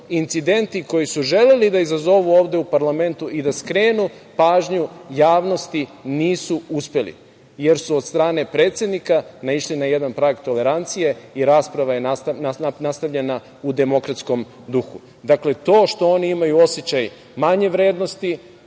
incidenti koji su želeli da izazovu ovde u parlamentu i da skrenu pažnju javnosti nisu uspeli, jer su od strane predsednika naišli na jedan prag tolerancije i rasprava nastavljena u demokratskom duhu. Dakle, to što oni imaju osećaj manje vrednosti